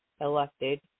elected